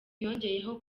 yongeyeho